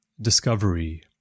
Discovery